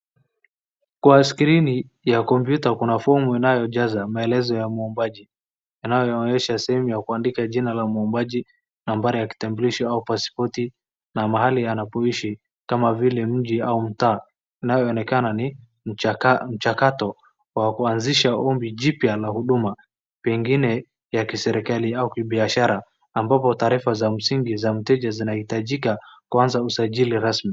Kwa skrini ya kompyuta kuna fomu inayojaza maelezo ya mwombaji yanayoonyesha sehemu ya kuandika jina la muombaji, nambari ya kitambulisho au paspoti, na mahali anapoishi kama vile mji au mtaa inayoonekana ni mchakato wa kuanzisha ombi jipya la huduma pengine ya kiserikali au kibiashara ambapo taarifa za msingi za mteja zinahitajika kuanza usajili rasmi.